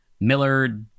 Miller